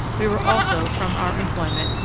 we were also, from our employment,